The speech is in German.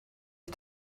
ich